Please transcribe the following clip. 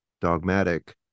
dogmatic